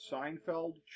Seinfeld